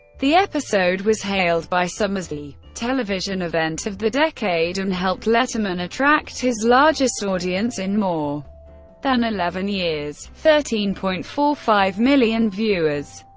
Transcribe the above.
the episode was hailed by some as the television event of the decade and helped letterman attract his largest audience in more than eleven years thirteen point four five million viewers.